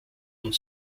und